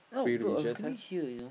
oh bro I was thinking here you know